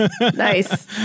Nice